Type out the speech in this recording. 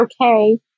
okay